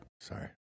Sorry